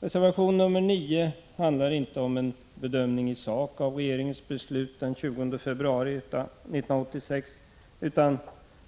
Reservation nr 9 handlar inte om bedömningen i sak av regeringens beslut av den 20 februari 1986 utan